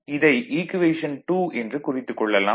இதை ஈக்குவேஷன் 2 என்று குறித்துக் கொள்ளலாம்